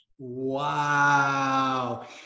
Wow